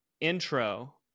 intro